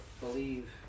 believe